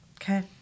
Okay